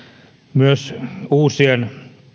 myös uusien